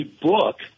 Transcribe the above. book